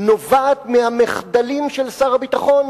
נובע מהמחדלים של שר הביטחון,